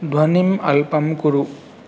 ध्वनिम् अल्पं कुरु